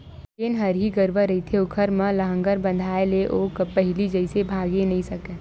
जेन हरही गरूवा रहिथे ओखर म लांहगर बंधाय ले ओ पहिली जइसे भागे नइ सकय